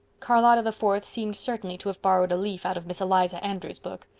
charlotta the fourth seemed certainly to have borrowed a leaf out of miss eliza andrews' book.